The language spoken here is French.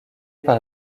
par